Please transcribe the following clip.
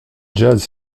jazz